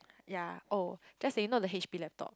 ya oh just saying you know the H_P laptop